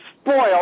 spoiled